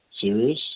serious